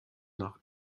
nach